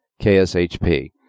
KSHP